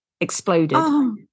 exploded